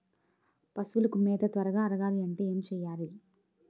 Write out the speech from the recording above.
పశువులకు మేత త్వరగా అరగాలి అంటే ఏంటి చేయాలి?